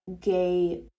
gay